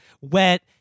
wet